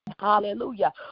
Hallelujah